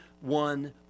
one